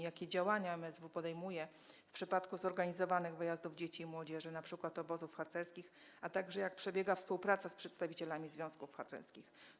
Jakie działania MSWiA podejmuje w przypadku zorganizowanych wyjazdów dzieci i młodzieży, np. obozów harcerskich, a także jak przebiega współpraca z przedstawicielami związków harcerskich?